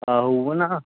आहो उऐ ना